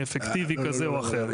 אפקטיבי כזה או אחר.